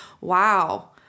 wow